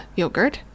yogurt